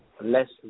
less